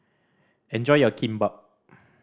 enjoy your Kimbap